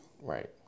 Right